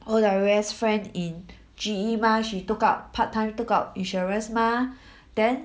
all the rest friend in G_E mah she took up part time took up insurance mah then